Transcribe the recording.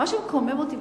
אבל מה שמקומם אותי,